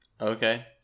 okay